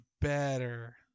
Better